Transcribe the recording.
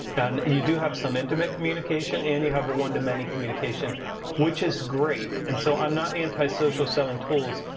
and you do have some intimate communication and you have a one-to-many communication which is great, and so i'm not anti social-selling tools.